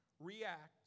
react